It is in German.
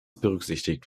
berücksichtigt